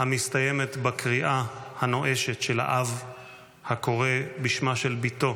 המסתיימת בקריאה הנואשת של האב הקורא בשמה של בתו: